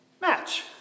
match